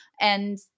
And-